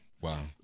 Wow